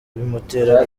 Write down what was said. bimutera